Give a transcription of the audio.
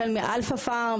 החל מ"אלפא פארם",